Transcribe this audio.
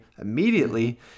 immediately